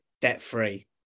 debt-free